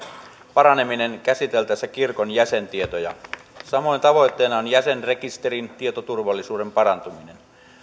paraneminen käsiteltäessä kirkon jäsentietoja samoin tavoitteena on jäsenrekisterin tietoturvallisuuden parantuminen